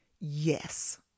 yes